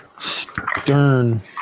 stern